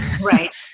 Right